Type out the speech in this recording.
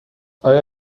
آیا